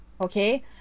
okay